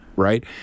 Right